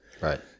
right